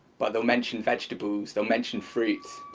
but they'll mention vegetables, they'll mention fruits.